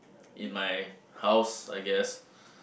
in my house I guess